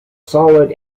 solid